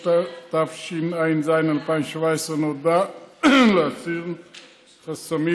3), התשע"ח 2018, נועדה להסיר חסמים